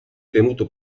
tenuto